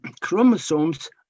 chromosomes